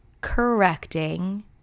correcting